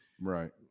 Right